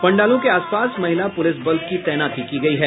पंडालों के आस पास महिला पुलिस बलों को तैनात किया गया है